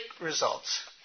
results